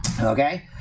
okay